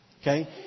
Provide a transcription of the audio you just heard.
okay